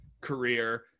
career